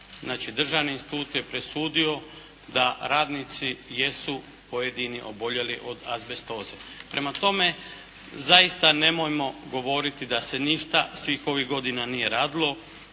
državni institut je presudio da radnici jesu pojedini oboljeli od azbestoze. Prema tome zaista nemojmo govoriti da se ništa svih ovih godina nije radilo.